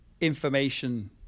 information